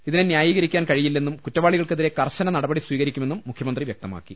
ഇതിനെ ന്യായീകരിക്കാൻ കഴി യില്ലെന്നും കുറ്റവാളികൾക്കെതിരെ കർശന നടപടി സ്വീകരിക്കു മെന്നും മുഖ്യമന്ത്രി വൃക്തമാക്കി